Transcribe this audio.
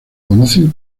conocen